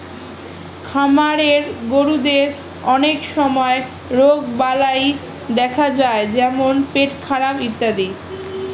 খামারের গরুদের অনেক সময় রোগবালাই দেখা যায় যেমন পেটখারাপ ইত্যাদি